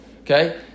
okay